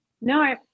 No